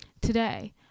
Today